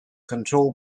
control